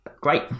great